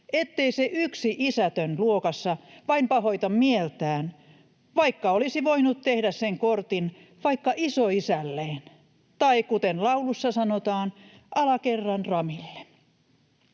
ettei se yksi isätön luokassa vain pahoita mieltään, vaikka olisi voinut tehdä sen kortin vaikka isoisälleen tai — kuten laulussa sanotaan — alakerran Ramille.